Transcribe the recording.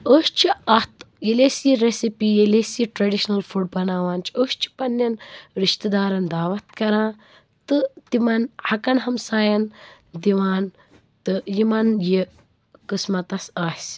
أسۍ چھِ اَتھ ییٚلہِ أسۍ یہِ رٮ۪سِپی ییٚلہِ أسۍ یہِ ٹرٛٮ۪ڈِشنَل فُڈ بَناوان چھِ أسۍ چھِ پنٛنٮ۪ن رِشتہٕ دارن داوتھ کَران تہٕ تِمَن حَقن ہمساین دِوان تہٕ یِمن یہِ قٕسمَتس آسہِ